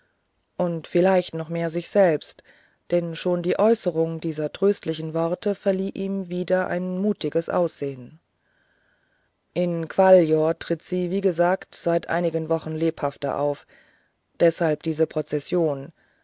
und vielleicht noch mehr sich selber denn schon die äußerung dieser tröstlichen worte verlieh ihm wieder ein mutiges aussehen in gvalior tritt sie wie gesagt seit einigen wochen lebhafter auf deshalb diese prozession